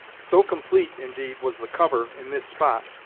so complete, indeed, was the cover, in this spot,